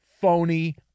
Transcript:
phony